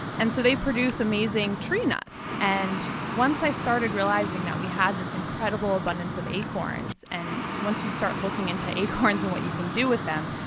and so they produce amazing tree nuts. and once i started realizing that we had this incredible abundance of acorns, and once you start looking into acorns and what you can do with them,